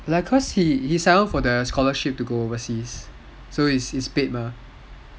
like cause he signed on for the scholarship to go overseas so it's paid mah